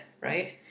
right